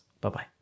Bye-bye